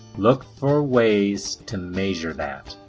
look for ways to measure that.